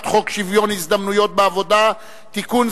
חוק שוויון ההזדמנויות בעבודה (תיקון,